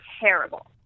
terrible